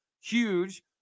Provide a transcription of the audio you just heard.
huge